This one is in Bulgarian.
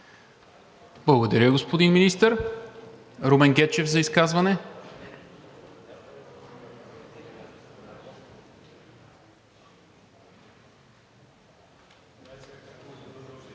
Благодаря, господин Министър. Румен Гечев – за изказване.